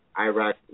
Iraq